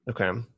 Okay